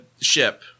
ship